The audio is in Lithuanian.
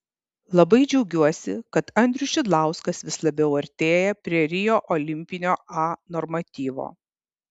labai džiaugiuosi kad andrius šidlauskas vis labiau artėja prie rio olimpinio a normatyvo